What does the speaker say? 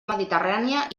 mediterrània